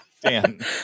Dan